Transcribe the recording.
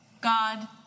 God